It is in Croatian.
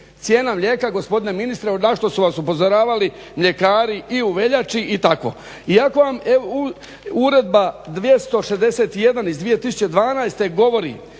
cijena mlijeka gospodine ministre, na što su vas upozoravali mljekari i u veljači i tako. Uredba 261. iz 2012. govori